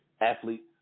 athletes